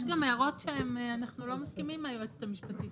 יש גם הערות שאנחנו לא מסכימים עם היועצת המשפטית,